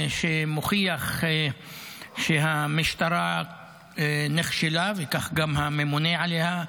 שמוכיח שהמשטרה נכשלה וכך גם הממונה עליה,